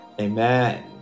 Amen